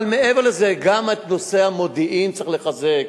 אבל מעבר לזה, גם את נושא המודיעין צריך לחזק,